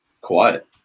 quiet